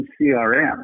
crm